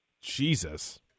Jesus